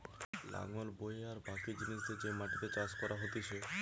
লাঙল বয়ে আর বাকি জিনিস দিয়ে যে মাটিতে চাষ করা হতিছে